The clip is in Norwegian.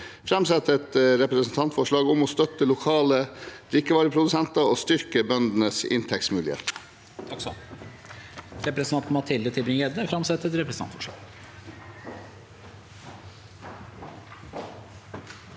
framsette et representantforslag om å støtte lokale drikkevareprodusenter og styrke bøndenes inntektsmuligheter.